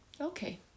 okay